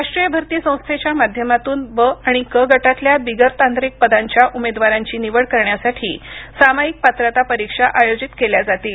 राष्ट्रीय भरती संस्थेच्या माध्यमातून ब आणि क गटातल्या बिगर तांत्रिक पदांच्या उमेदवारांची निवड करण्यासाठी सामायिक पात्रता परीक्षा आयोजित केल्या जातील